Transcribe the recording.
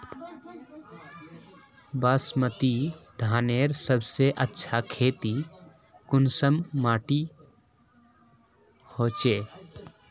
बासमती धानेर सबसे अच्छा खेती कुंसम माटी होचए?